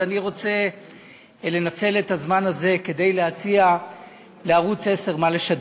אז אני רוצה לנצל את הזמן הזה כדי להציע לערוץ 10 מה לשדר.